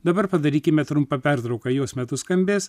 dabar padarykime trumpą pertrauką jos metu skambės